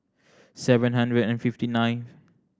seven hundred and fifty nine